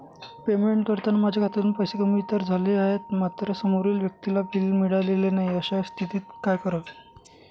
Payment करताना माझ्या खात्यातून पैसे कमी तर झाले आहेत मात्र समोरील व्यक्तीला बिल मिळालेले नाही, अशा स्थितीत काय करावे?